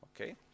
okay